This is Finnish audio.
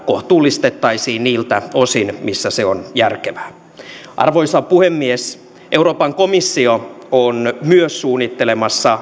kohtuullistettaisiin niiltä osin missä se on järkevää arvoisa puhemies euroopan komissio on myös suunnittelemassa